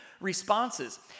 responses